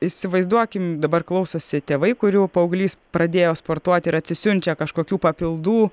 įsivaizduokim dabar klausosi tėvai kurių paauglys pradėjo sportuoti ir atsisiunčia kažkokių papildų